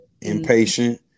Impatient